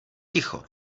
ticho